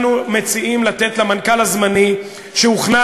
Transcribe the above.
אנחנו מציעים לתת למנכ"ל הזמני שהוכנס,